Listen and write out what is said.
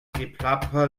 geplapper